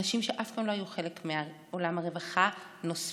אנשים שאף פעם לא היו חלק מעולם הרווחה, נוספו.